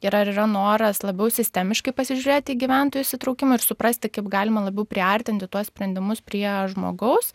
ir ar yra noras labiau sistemiškai pasižiūrėti į gyventojų įtraukimą ir suprasti kaip galima labiau priartinti tuos sprendimus prieš žmogaus